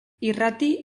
irrati